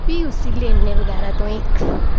फ्ही उसी लेने बगैरा तुआहीं